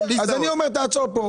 אני אומר שתעצור כאן.